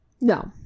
No